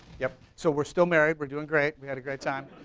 yup. so we're still married, we're doing great, we had a great time.